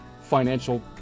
financial